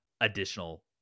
additional